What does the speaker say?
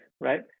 right